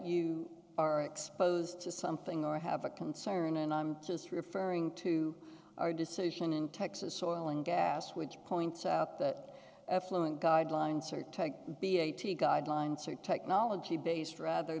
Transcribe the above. are exposed to something or have a concern and i'm just referring to our decision in texas oil and gas which points out that effluent guidelines are taken be eighty guidelines or technology based rather